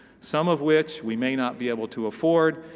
some of which we may not be able to afford.